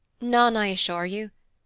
none, i assure you.